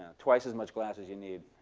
twice as much glass as you need.